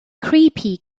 creepy